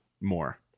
more